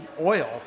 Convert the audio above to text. oil